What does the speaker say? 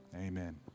Amen